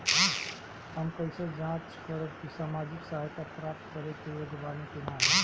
हम कइसे जांच करब कि सामाजिक सहायता प्राप्त करे के योग्य बानी की नाहीं?